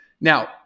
now